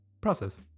process